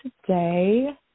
today